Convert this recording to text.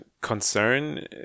concern